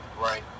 Right